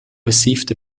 received